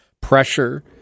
pressure